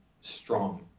strong